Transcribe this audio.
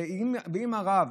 ואם הרב,